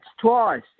twice